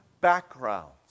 backgrounds